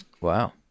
Wow